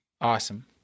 Awesome